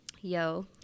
yo